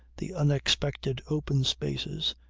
the unexpected open spaces,